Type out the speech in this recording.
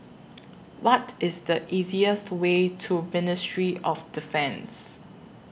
What IS The easiest Way to Ministry of Defence